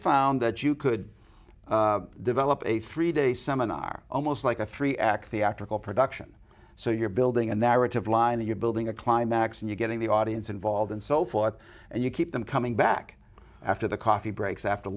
found that you could develop a three day seminar almost like a three act theatrical production so you're building a narrative line that you're building a climax and you getting the audience involved and so forth and you keep them coming back after the coffee breaks after